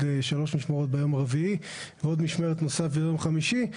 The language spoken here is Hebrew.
שלוש משמרות ביום הרביעי ועוד משמרת נוספת ביום חמישי,